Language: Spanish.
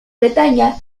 bretaña